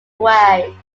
way